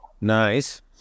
Nice